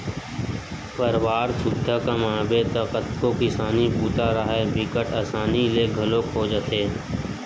परवार सुद्धा कमाबे त कतको किसानी बूता राहय बिकट असानी ले घलोक हो जाथे